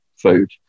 food